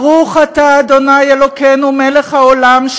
ברוך אתה ה' אלוקינו מלך העולם,